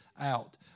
out